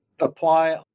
apply